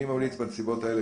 אני ממליץ בנסיבות האלה,